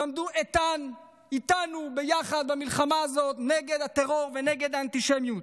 תעמדו איתן איתנו ביחד במלחמה הזאת נגד הטרור ונגד האנטישמיות,